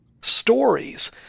stories